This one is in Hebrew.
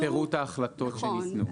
פירוט ההחלטות שניתנו.